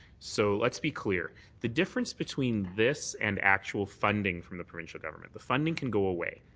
so let's be clear the difference between this and actual funding from the provincial government, the funding can go away.